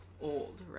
old